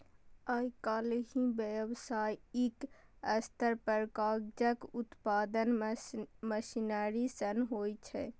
आइकाल्हि व्यावसायिक स्तर पर कागजक उत्पादन मशीनरी सं होइ छै